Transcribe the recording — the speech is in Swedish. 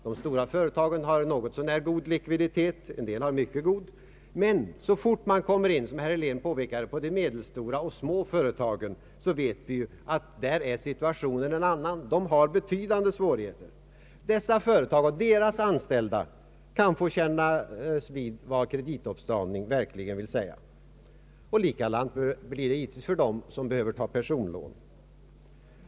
De stora företagen har något så när god likviditet, en del mycket god. Men så fort man, som herr Helén påpekade, kommer in på de medelstora och små företagen vet vi att situationen där är en annan. De har betydande svårigheter. Dessa företag och deras anställda kan få känna vad kreditåtstramning verkligen vill säga. Likadant blir det för dem som behöver ta personlån.